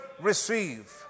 receive